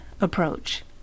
approach